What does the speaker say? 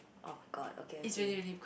[oh]-my-god okay okay